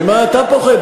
ממה אתה פוחד?